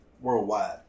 Worldwide